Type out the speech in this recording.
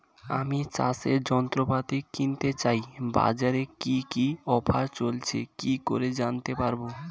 আমি চাষের যন্ত্রপাতি কিনতে চাই বাজারে কি কি অফার চলছে কি করে জানতে পারবো?